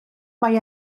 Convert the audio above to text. mae